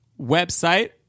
website